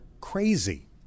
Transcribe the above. crazy